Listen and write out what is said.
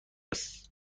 هست